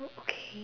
okay